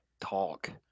talk